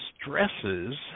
stresses